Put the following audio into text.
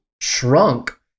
shrunk